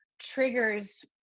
triggers